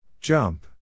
Jump